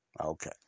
okay